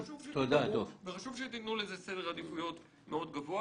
חשוב שתתנו לזה סדר עדיפויות גבוה.